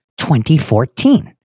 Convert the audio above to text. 2014